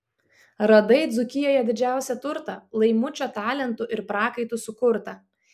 radai dzūkijoje didžiausią turtą laimučio talentu ir prakaitu sukurtą